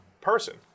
person